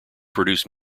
produced